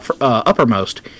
uppermost